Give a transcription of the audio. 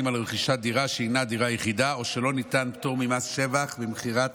על רכישת דירה שאינה דירה יחידה או שלא ניתן פטור ממס שבח במכירת